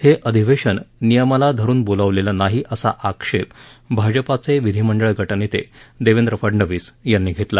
हे अधिवेशन नियमाला धरून बोलावलेलं नाही असा आक्षेप भाजपाचे विधिमंडळ गटनेते देवेंद्र फडणवीस यांनी घेतला